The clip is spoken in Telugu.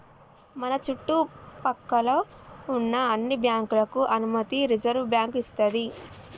మన చుట్టు పక్కల్లో ఉన్న అన్ని బ్యాంకులకు అనుమతి రిజర్వుబ్యాంకు ఇస్తది